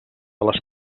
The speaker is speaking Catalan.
les